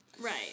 Right